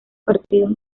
partidos